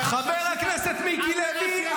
עבירה שיש עמה קלון --- חבר הכנסת מיקי לוי,